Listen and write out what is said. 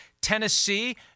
Tennessee